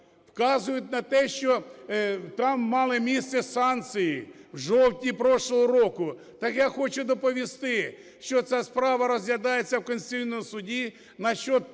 Вказують на те, що там мали місце санкції в жовтні прошлого року. Так я хочу доповісти, що ця справа розглядається в Конституційному Суді на счет того,